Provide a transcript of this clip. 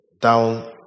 down